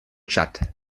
tschad